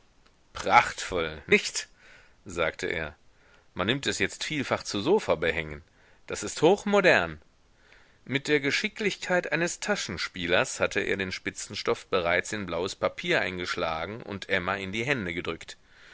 prachtvoll nicht sagte er man nimmt es jetzt vielfach zu sofabehängen das ist hochmodern mit der geschicklichkeit eines taschenspielers hatte er den spitzenstoff bereits in blaues papier eingeschlagen und emma in die hände gedrückt